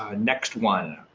ah next one.